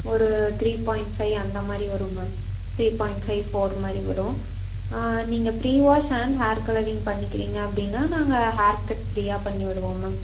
ஒரு three point five அந்த மாதிரி வரும் ma'am three point five four மாதிரி வரும் நீங்கள் ப்ரீவாஷ் அண்ட் ஹேர் கலரிங் பண்ணிக்கிறீங்க அப்படின்னா நாங்கள் ஹேர் கட் ஃப்ரீயாக பண்ணி விடுவோம் மேம்